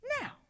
Now